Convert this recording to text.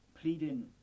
pleading